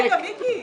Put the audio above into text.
זה ------ מיקי,